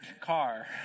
car